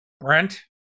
Brent